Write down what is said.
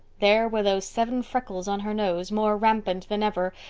there were those seven freckles on her nose, more rampant than ever,